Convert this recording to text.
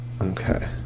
Okay